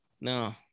No